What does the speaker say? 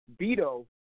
Beto